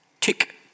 Tick